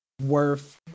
worth